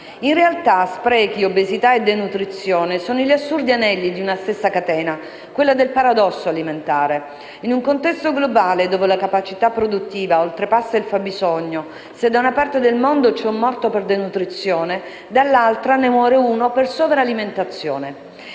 In realtà, sprechi, obesità e denutrizione sono gli assurdi anelli di una stessa catena, quella del paradosso alimentare. In un contesto globale dove la capacità produttiva oltrepassa il fabbisogno, se da una parte del mondo c'è un morto per denutrizione, dall'altra ne muore uno per sovralimentazione.